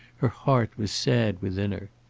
her heart was sad within her.